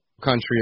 country